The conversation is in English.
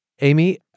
Amy